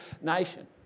nation